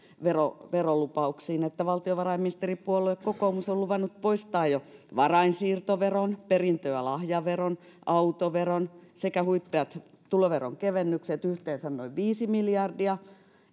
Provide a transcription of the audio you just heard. verolupauksiin valtiovarainministerin puolue kokoomus on luvannut poistaa jo varainsiirtoveron perintö ja lahjaveron autoveron sekä hulppeat tuloveronkevennykset yhteensä noin viisi miljardia